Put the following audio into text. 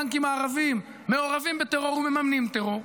הבנקים הערביים מעורבים בטרור ומממנים טרור.